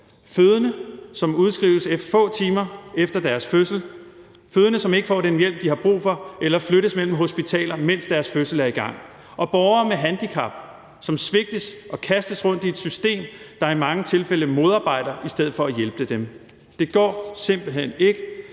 fødende, som udskrives få timers efter deres fødsel, fødende, som ikke får den hjælp, de har brug for, eller flyttes mellem hospitaler, mens deres fødsel er i gang, og borgere med handicap, som svigtes og kastes rundt i et system, der er i mange tilfælde modarbejder i stedet for at hjælpe dem. Det går simpelt hen ikke.